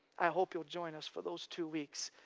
i hope you'll join us for those two weeks,